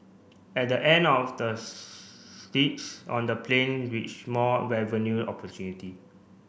on the plane which more revenue opportunities